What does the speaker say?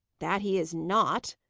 that he is not,